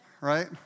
right